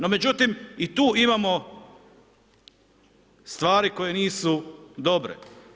No međutim i tu imamo stvari koje nisu dobre.